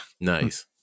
Nice